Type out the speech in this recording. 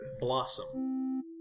blossom